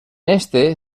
este